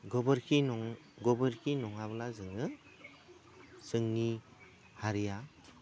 गोबोरखि गोबोरखि नङाब्ला जोङो जोंनि हारिया